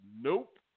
Nope